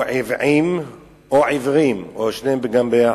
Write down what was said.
או עוועים או עיוורים או שניהם גם יחד.